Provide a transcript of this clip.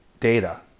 data